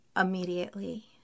immediately